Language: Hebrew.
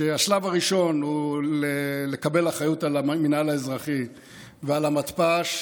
שהשלב הראשון הוא לקבל אחריות על המינהל האזרחי ועל המתפ"ש,